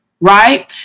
Right